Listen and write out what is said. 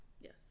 Yes